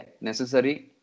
necessary